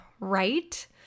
Right